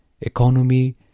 economy